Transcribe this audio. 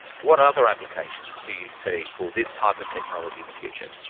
what other applications do you see for this type of technology in the future?